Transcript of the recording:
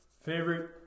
Favorite